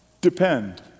depend